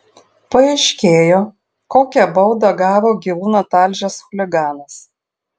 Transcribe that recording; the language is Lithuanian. paaiškėjo kokią baudą gavo gyvūną talžęs chuliganas